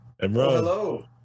Hello